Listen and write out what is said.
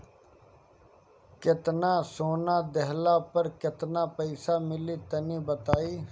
केतना सोना देहला पर केतना पईसा मिली तनि बताई?